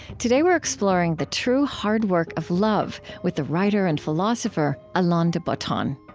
today, we are exploring the true hard work of love with the writer and philosopher alain de botton